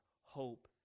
hope